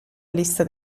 lista